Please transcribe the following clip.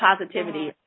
positivity